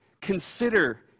Consider